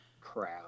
crowd